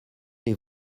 les